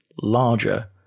larger